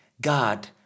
God